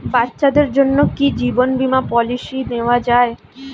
বাচ্চাদের জন্য কি জীবন বীমা পলিসি নেওয়া যায়?